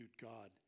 God